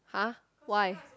!huh! why